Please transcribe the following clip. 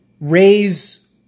raise